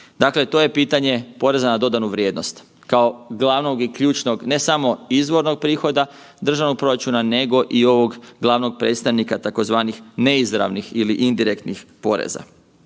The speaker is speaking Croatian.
Dakle, to je pitanje poreza na dodanu vrijednost, kao glavnog i ključnog ne samo izvornog prihoda državnog proračuna nego i ovog glavnog predstavnika tzv. neizravnih ili indirektnih poraza.